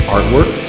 Artwork